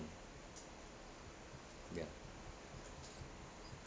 ya